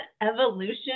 Evolution